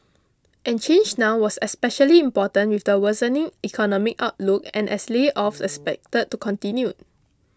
and change now was especially important with the worsening economic outlook and as layoffs expected to continued